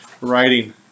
writing